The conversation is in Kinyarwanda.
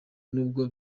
n’ubwo